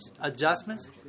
adjustments